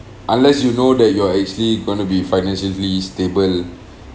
unless you know that you're actually gonna be financially stable